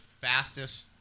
fastest